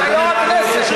אתה יושב-ראש הכנסת,